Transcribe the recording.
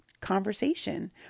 conversation